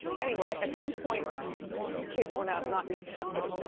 anyway, at some point the kids were not not in his custody,